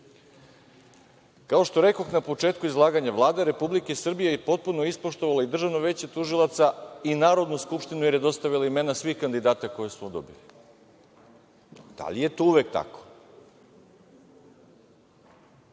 što rekoh na početku izlaganja, Vlada Republike Srbije je potpuno ispoštovala i Državno veće tužilaca i Narodnu skupštinu, jer je dostavila imena svih kandidata koje smo dobili. Da li je to uvek tako?